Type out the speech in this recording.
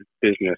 business